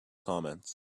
comments